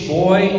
boy